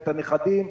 את הנכדים,